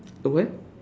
uh when